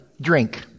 drink